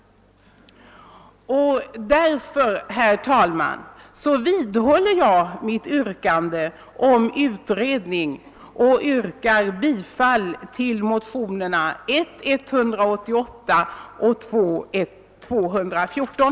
Därför, herr talman, vidhåller jag mitt yrkande om utredning och yrkar bifall till motionerna I: 188 och II: 214.